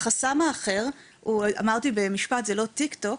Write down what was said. החסם האחר, הוא, אמרתי במשפט, זה לא טיק טוק.